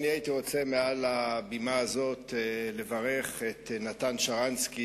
הייתי רוצה לברך מעל הבימה הזאת את נתן שרנסקי,